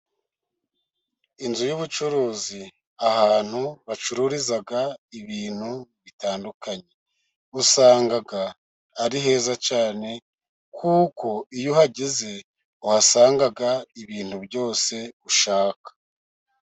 Inzu y'ubucuruzi, ahantu bacururiza ibintu bitandukanye usanga ari heza cyane, kuko iyo uhageze uhasanga ibintu byose ushaka.